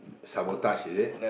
sabotage is it